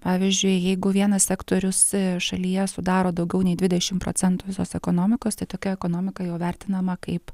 pavyzdžiui jeigu vienas sektorius šalyje sudaro daugiau nei dvidešim procentų visos ekonomikos tai tokia ekonomika jau vertinama kaip